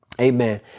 Amen